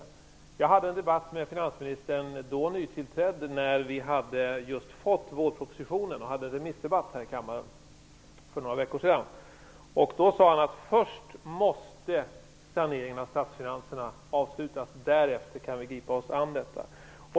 Jag hade för några veckor sedan en debatt med finansministern, då nytillträdd, när vi just hade fått vårpropositionen och hade en remissdebatt här i kammaren. Då sade han att först måste saneringen av statsfinanserna avslutas; därefter kan vi gripa oss an detta.